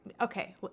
Okay